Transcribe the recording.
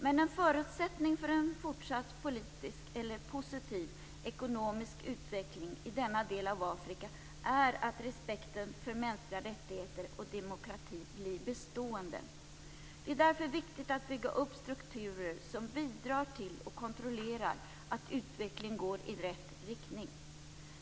Men en förutsättning för en fortsatt positiv ekonomisk utveckling i denna del av Afrika är att respekten för mänskliga rättigheter och demokrati blir bestående. Det är därför viktigt att bygga upp strukturer som bidrar till och kontrollerar att utvecklingen går i rätt riktning.